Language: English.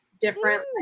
different